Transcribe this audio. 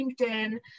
LinkedIn